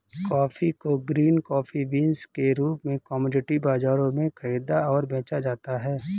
coffee को green coffee beans के रूप में कॉमोडिटी बाजारों में खरीदा और बेचा जाता है